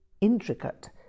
intricate